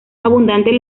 abundantes